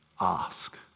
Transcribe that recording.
ask